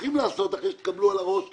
צריכים לעשות אחרי שתקבלו על הראש היום,